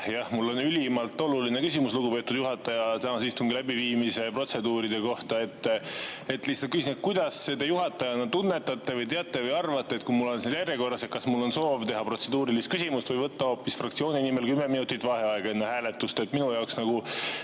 Mul on ülimalt oluline küsimus, lugupeetud juhataja, tänase istungi läbiviimise protseduuride kohta. Lihtsalt küsin, kuidas te juhatajana tunnetate või teate või arvate, et kui ma olen siin järjekorras, siis kas mul on soov esitada protseduuriline küsimus või võtta hoopis fraktsiooni nimel kümme minutit vaheaega enne hääletust. Minu jaoks on